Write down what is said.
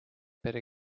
better